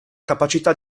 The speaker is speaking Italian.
capacità